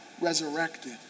resurrected